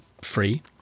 free